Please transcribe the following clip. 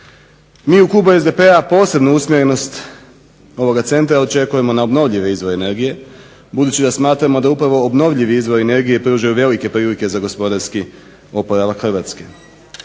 Mi u klubu SDP-a posebnu usmjerenost ovoga centra očekujemo na obnovljive izvore energije, budući da smatramo da upravo obnovljivi izvori energije pružaju velike prilike za gospodarski oporavak Hrvatske.